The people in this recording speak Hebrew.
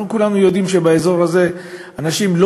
אנחנו כולנו יודעים שבאזור הזה אנשים לא